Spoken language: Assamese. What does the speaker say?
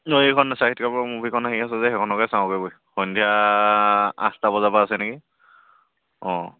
অ এইখন চাহিদ কাপুৰৰ মুভিখন আহি আছে যে সেইখনকে চাওঁগৈ বই সন্ধিয়া আঠটা বজাৰ পৰা আছে নেকি অ